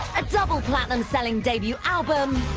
a double platinum selling debut album,